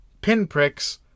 pinpricks